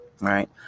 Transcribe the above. right